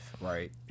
Right